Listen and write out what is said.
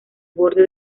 borde